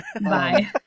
Bye